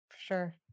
Sure